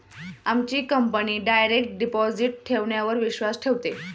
आमची company direct deposit ठेवण्यावर विश्वास ठेवते